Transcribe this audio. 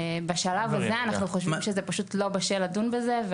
בשלב הזה אנחנו חושבים שזה פשוט לא בשל לדון בזה.